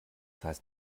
heißt